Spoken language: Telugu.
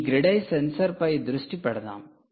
ఈ గ్రిడ్ ఐ సెన్సార్పై దృష్టి పెడదాం